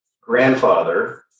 grandfather